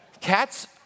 Cats